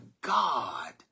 God